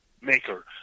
maker